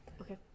Okay